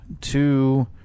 two